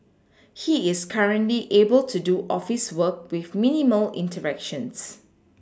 he is currently able to do office work with minimal interactions